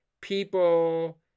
people